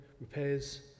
repairs